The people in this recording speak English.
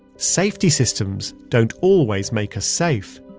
safety systems don't always make us safe.